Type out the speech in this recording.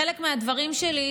חלק מהדברים שלי,